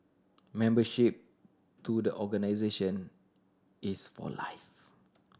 membership to the organisation is for life